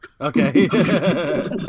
Okay